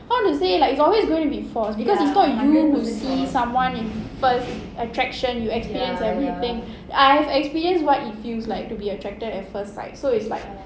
how to say like it's always gonna be forced because it's not you who see someone first attraction you experience everything I have experienced what it feels like to be attracted at first sight so it's like